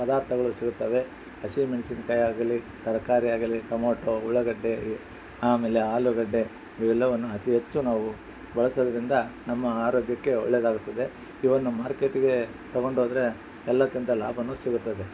ಪದಾರ್ಥಗಳು ಸಿಗುತ್ತವೆ ಹಸಿ ಮೆಣಸಿನ್ಕಾಯ್ ಆಗಲಿ ತರಕಾರಿ ಆಗಲಿ ಟೊಮೊಟೊ ಉಳ್ಳಾಗಡ್ಡೆ ಆಮೇಲೆ ಆಲೂಗಡ್ಡೆ ಇವೆಲ್ಲವನ್ನು ಅತೀ ಹೆಚ್ಚು ನಾವು ಬಳಸೋದ್ರಿಂದ ನಮ್ಮ ಆರೋಗ್ಯಕ್ಕೆ ಒಳ್ಳೆದಾಗುತ್ತದೆ ಇವನ್ನು ಮಾರ್ಕೆಟಿಗೆ ತಗೊಂಡೋದರೆ ಎಲ್ಲರ್ಕಿಂತ ಲಾಭ ಸಿಗುತ್ತದೆ